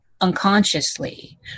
unconsciously